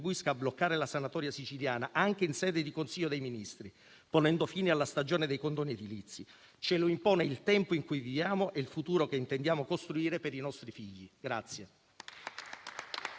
a bloccare la sanatoria siciliana anche in sede di Consiglio dei ministri, ponendo fine alla stagione dei condoni edilizi. Ce lo impone il tempo in cui viviamo e il futuro che intendiamo costruire per i nostri figli.